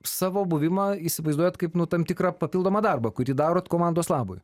savo buvimą įsivaizduojat nu kaip tam tikrą papildomą darbą kurį darot komandos labui